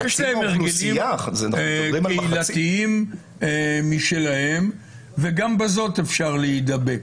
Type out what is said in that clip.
שיש להן הרגלים קהילתיים משלהן וגם בזאת אפשר להידבק.